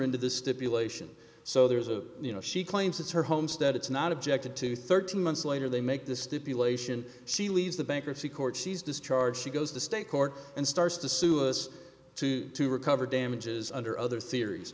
into the stipulation so there's a you know she claims it's her homestead it's not objected to thirteen months later they make this dippy lation she leaves the bankruptcy court she's discharged she goes to state court and starts to sue us too to recover damages under other theories